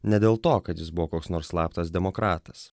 ne dėl to kad jis buvo koks nors slaptas demokratas